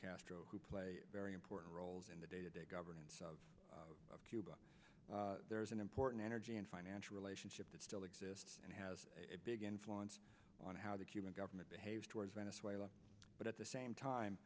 castro who play a very important roles in the day to day governance of cuba there is an important energy and financial relationship that still exists and has a big influence on how the cuban government behaves towards venezuela but at the same time